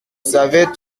savais